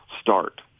start